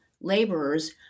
laborers